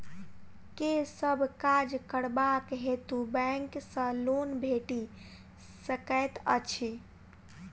केँ सब काज करबाक हेतु बैंक सँ लोन भेटि सकैत अछि?